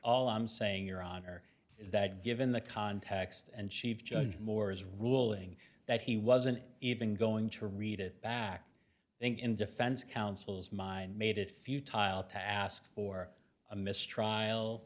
all i'm saying your honor is that given the context and chief judge moore's ruling that he wasn't even going to read it back in defense counsel's mind made it few tile task for a mistrial